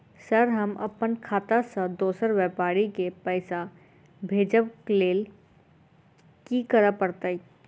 Sir हम अप्पन खाता सऽ दोसर व्यापारी केँ पैसा भेजक लेल की करऽ पड़तै?